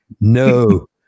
No